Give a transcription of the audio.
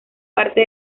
parte